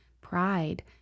Pride